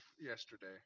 yesterday